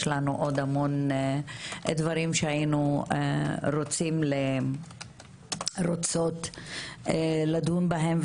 יש לנו עוד המון דברים שהיינו רוצים ורוצות לדון בהם,